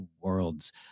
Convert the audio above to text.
worlds